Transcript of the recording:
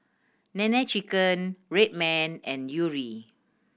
Nene Chicken Red Man and Yuri